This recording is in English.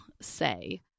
say